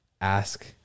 ask